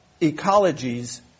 ecologies